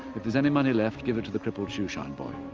if there's any money left, give it to the crippled shoe-shine boy.